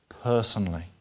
personally